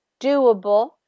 doable